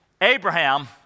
Abraham